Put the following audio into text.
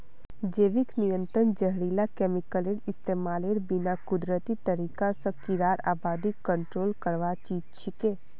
जैविक नियंत्रण जहरीला केमिकलेर इस्तमालेर बिना कुदरती तरीका स कीड़ार आबादी कंट्रोल करवार चीज छिके